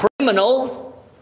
criminal